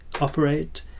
operate